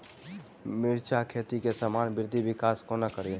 मिर्चा खेती केँ सामान्य वृद्धि विकास कोना करि?